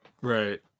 right